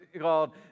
called